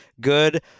good